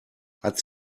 hat